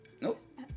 nope